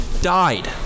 died